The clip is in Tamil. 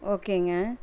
ஓகேங்க